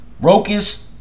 Rokas